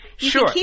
Sure